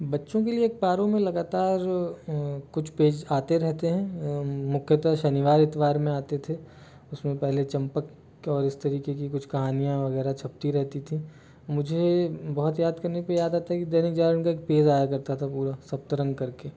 बच्चों के लिए अखबारों में लगातार कुछ पेज आते रहते हैं मुख्यतः शनिवार इतवार में आते थे उसमें पहले चंपक और इस तरीके की कुछ कहानियाँ वगैरह छपती रहती थीं मुझे बहुत याद करने पे याद आता है कि दैनिक जागरण का एक पेज आया करता था पूरा सप्तरंग करके